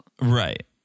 right